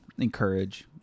encourage